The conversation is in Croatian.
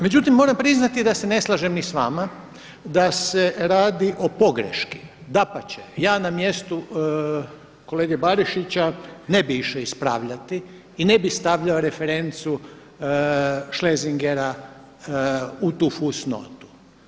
Međutim moram priznati da se ne slažem ni s vama da se radi o pogreški, dapače, ja na mjestu kolege Barišića ne bi išao ispravljati i ne bi stavljao referencu Schlesingera u tu fusnotu.